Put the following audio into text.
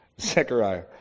Zechariah